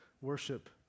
Worship